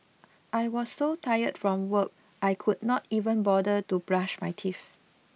I was so tired from work I could not even bother to brush my teeth